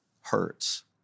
hurts